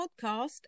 podcast